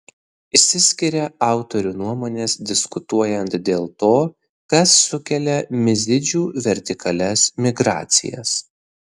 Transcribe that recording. išsiskiria autorių nuomonės diskutuojant dėl to kas sukelia mizidžių vertikalias migracijas